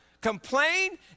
Complain